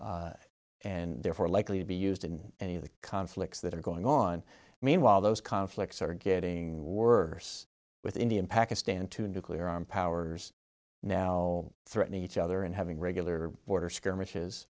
usable and therefore likely to be used in any of the conflicts that are going on meanwhile those conflicts are getting worse with india and pakistan two nuclear armed powers now threatening each other and having regular border skirmishes